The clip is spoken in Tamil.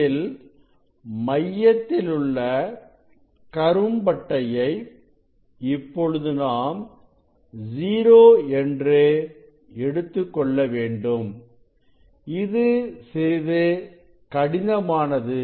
இதில் மையத்திலுள்ள கரும் பட்டையை இப்பொழுது நாம் ஜீரோ எடுத்துக் கொள்ள வேண்டும் இது சிறிது கடினமானது